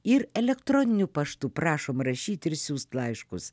ir elektroniniu paštu prašom rašyt ir siųst laiškus